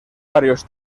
varios